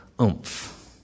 oomph